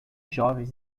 jovens